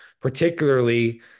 particularly